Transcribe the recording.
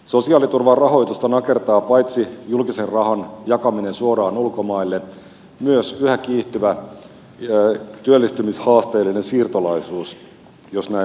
sosiaaliturvan rahoitusta nakertaa paitsi julkisen rahan jakaminen suoraan ulkomaille myös yhä kiihtyvä työllistymishaasteellinen siirtolaisuus jos näin voi sanoa